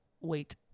Wait